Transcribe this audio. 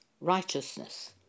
righteousness